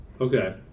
Okay